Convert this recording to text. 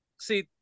see